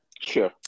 Sure